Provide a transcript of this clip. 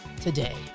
today